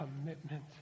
commitment